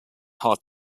hard